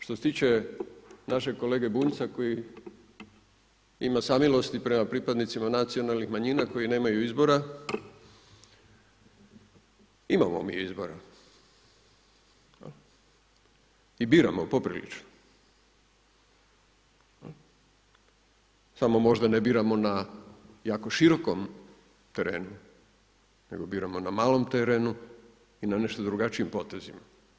Što se tiče našeg kolege Bunjca koji ima samilosti prema pripadnicima nacionalnih manjina koji nemaju izbora, imamo mi izbora i biramo poprilično, samo možda ne biramo na jako širokom terenu nego biramo na malom terenu i nešto drugačijim potezima.